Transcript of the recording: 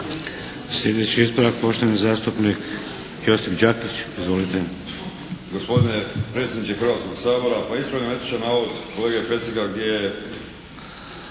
Sljedeći ispravak poštovani zastupnik Josip Đakić. Izvolite!